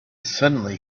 suddenly